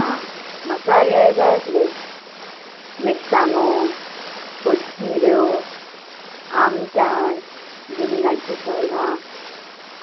आं म्हाका हें जाय आसलें मिरसांगो कोथमिऱ्यो आमटाण भिंण्णाची सोलां